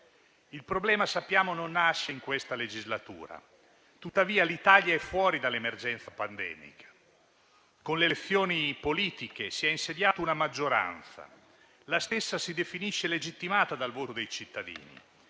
Il problema, lo sappiamo, non nasce in questa legislatura. Tuttavia, l'Italia è fuori dall'emergenza pandemica. Con le elezioni politiche si è insediata una maggioranza. La stessa si definisce legittimata dal voto dei cittadini.